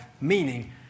meaning